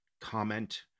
comment